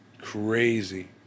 Crazy